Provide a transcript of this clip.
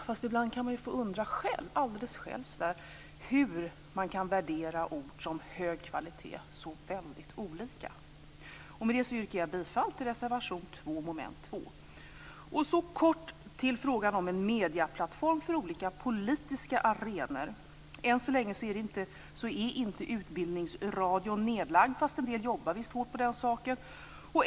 Fast ibland kan man ju undra alldeles själv hur man kan värdera ord som hög kvalitet så väldigt olika. Med detta yrkar jag bifall till reservation 2 under mom. 2. Jag skall kort beröra frågan om en medieplattform för olika politiska arenor. Än så länge är inte Utbildningsradion nedlagd, fast en del jobbar visst hårt på den saken.